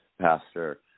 pastor